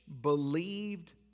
believed